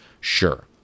sure